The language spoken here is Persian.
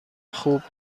خوب